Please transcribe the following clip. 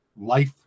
life